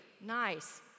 Nice